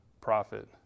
profit